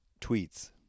tweets